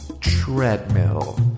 Treadmill